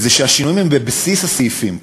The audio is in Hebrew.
זה שהשינויים הם בבסיס הסעיפים.